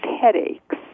headaches